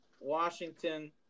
Washington